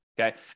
Okay